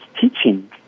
teaching